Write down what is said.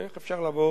איך אפשר לבוא